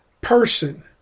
person